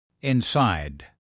Inside